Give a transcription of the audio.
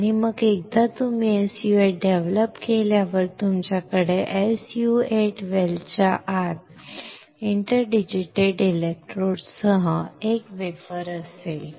आणि मग एकदा तुम्ही SU 8 डेव्हलप केल्यावर तुमच्याकडे SU 8 वेल च्या आत इंटरडिजिटेटेड इलेक्ट्रोड सह एक वेफर असेल